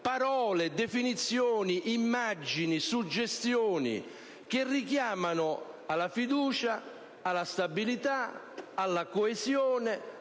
parole, definizioni, immagini, suggestioni che richiamano alla fiducia, alla stabilità, alla coesione,